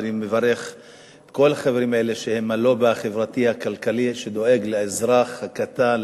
אני מברך את כל החברים האלה שהם הלובי החברתי-כלכלי שדואג לאזרח הקטן,